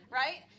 right